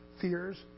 fears